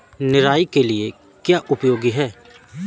निराई के लिए क्या उपयोगी है?